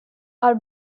are